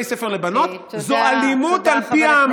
בתי ספר לבנות,